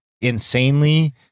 insanely